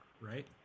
right